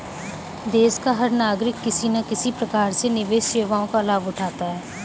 देश का हर नागरिक किसी न किसी प्रकार से निवेश सेवाओं का लाभ उठाता है